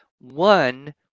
one